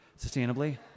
sustainably